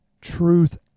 truth